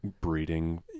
breeding